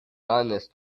honest